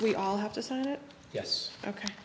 we all have to say yes ok